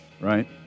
right